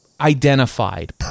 identified